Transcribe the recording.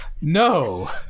No